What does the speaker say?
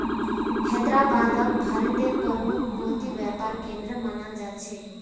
हैदराबादक भारतेर प्रमुख मोती व्यापार केंद्र मानाल जा छेक